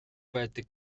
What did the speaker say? байдаг